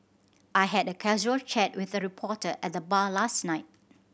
I had a casual chat with a reporter at the bar last night